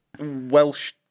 Welsh